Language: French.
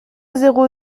zéro